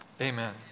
amen